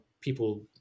people